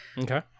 okay